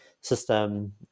system